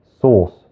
source